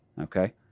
Okay